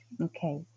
Okay